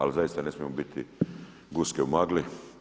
Ali zaista ne smijemo biti guske u magli.